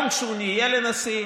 גם כשהוא היה נשיא.